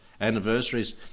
anniversaries